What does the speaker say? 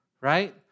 right